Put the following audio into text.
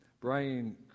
Brian